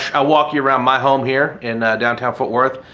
i walked around my home here in downtown for work.